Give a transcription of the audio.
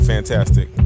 Fantastic